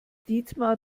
dietmar